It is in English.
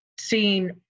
seeing